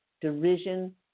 derision